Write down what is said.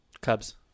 Cubs